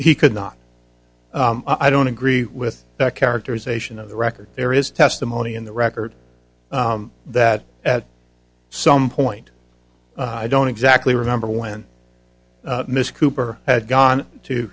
he could not i don't agree with that characterization of the record there is testimony in the record that at some point i don't exactly remember when miss cooper had gone to